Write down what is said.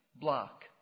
block